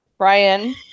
Brian